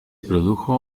produjo